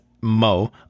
Mo